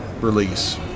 release